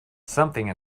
something